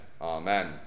Amen